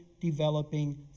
developing